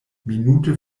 minute